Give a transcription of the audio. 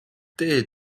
tee